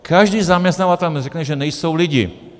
Každý zaměstnavatel vám řekne, že nejsou lidi.